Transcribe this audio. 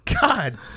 God